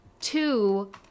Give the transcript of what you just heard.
Two